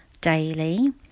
daily